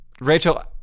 Rachel